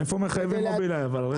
אבל איפה מחייבים התקנת מוביליי ברכב ישן?